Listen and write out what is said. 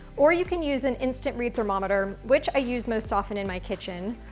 or you can use an instant-read thermometer which i use most often in my kitchen.